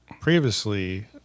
previously